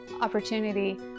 opportunity